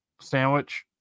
sandwich